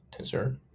tensor